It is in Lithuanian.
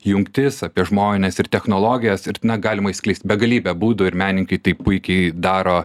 jungtis apie žmones ir technologijas ir tada galima išskleisti begalybę būdų ir menininkai taip puikiai daro